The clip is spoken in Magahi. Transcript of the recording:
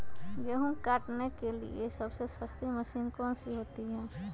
गेंहू काटने के लिए सबसे सस्ती मशीन कौन सी होती है?